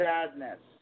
Sadness